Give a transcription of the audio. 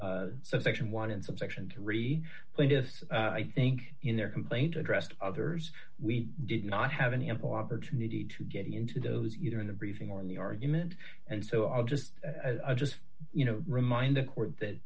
vision one and subsection three plaintiffs i think in their complaint addressed others we did not have an ample opportunity to get into those either in the briefing or in the argument and so i'll just as i just you know remind the court that